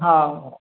ହ ହଉ